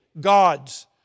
gods